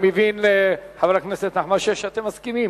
אני מבין, חבר הכנסת נחמן שי, שאתם מסכימים